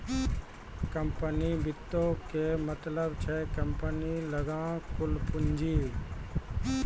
company वित्तो के मतलब छै कम्पनी लगां कुल पूंजी